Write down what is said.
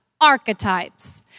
archetypes